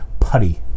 Putty